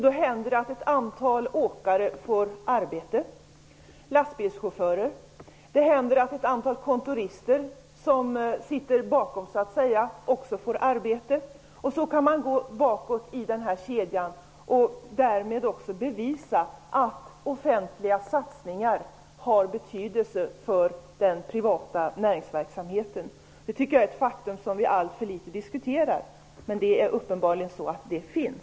Då händer det att ett antal åkare får arbete, ett antal lastbilschaufförer. Det händer att kontorister i organisationen bakom också får arbete. Så kan man gå bakåt i den här kedjan och därmed också bevisa att offentliga satsningar har betydelse för den privata näringsverksamheten. Det tycker jag är ett faktum som vi alltför litet diskuterar. Men det finns uppenbarligen.